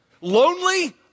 Lonely